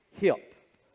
hip